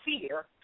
fear